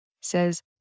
says